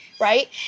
right